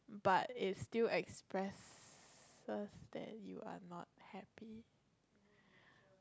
but it's still expresses that you are not happy